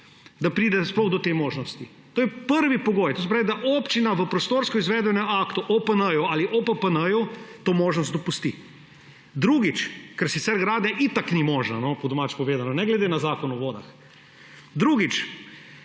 da pride sploh do te možnosti. To je prvi pogoj. To se pravi, da občina v prostorskoizvedbenem aktu, OPN-ju ali OPPN-ju, to možnost dopusti. Ker sicer gradnja itak ni možna, po domače povedano, ne glede na Zakon o vodah. Drugič,